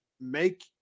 make